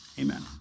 Amen